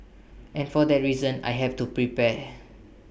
and for that reason I have to prepare